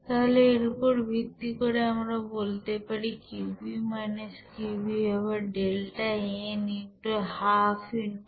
তাহলে এর উপর ভিত্তি করে আমরা বলতে পারি Qp - Qv হবে delta n x ½ x R